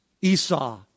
Esau